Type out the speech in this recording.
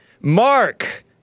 Mark